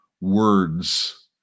words